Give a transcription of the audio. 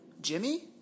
Jimmy